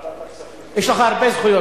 יש לך הרבה זכויות,